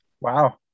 Wow